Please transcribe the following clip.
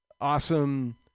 awesome